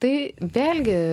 tai vėlgi